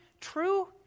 true